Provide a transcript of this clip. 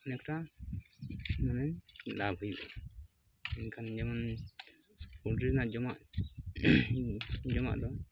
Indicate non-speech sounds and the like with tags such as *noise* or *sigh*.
ᱠᱷᱟᱱᱮᱠᱴᱟ *unintelligible* ᱞᱟᱵᱷ ᱦᱩᱭᱩᱜᱼᱟ ᱮᱱᱠᱷᱟᱱ ᱡᱮᱢᱚᱱ ᱯᱚᱞᱴᱨᱤ ᱨᱮᱱᱟᱜ ᱡᱚᱢᱟᱜ ᱡᱚᱢᱟᱜ ᱫᱚ